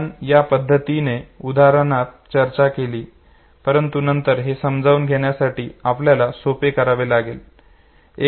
आपण ज्या पद्धतीने उदाहरणात चर्चा केली आहे परंतु नंतर हे समजून घेण्यासाठी आपल्याला सोपे करावे लागेल